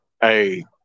Hey